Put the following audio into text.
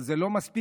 אבל זה לא מספיק.